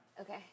Okay